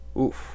Oof